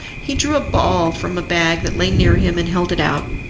he drew a ball from a bag that lay near him, and held it out.